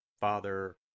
Father